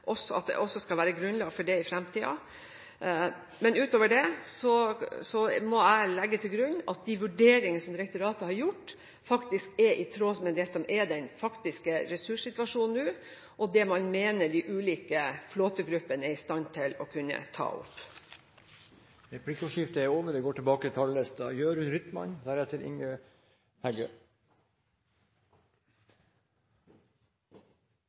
skal ha et grunnlag for det også i fremtiden. Men ut over det må jeg legge til grunn at de vurderingene som direktoratet har gjort, er i tråd med det som er den faktiske ressurssituasjonen nå, og det som man mener at de ulike flåtegruppene er i stand til å kunne ta opp. Replikkordskiftet er omme. Vår oppgave som folkevalgte, og kanskje spesielt næringskomiteen, er bl.a. å legge til